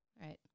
right